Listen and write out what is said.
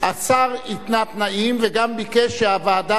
השר התנה תנאים וגם ביקש שהוועדה,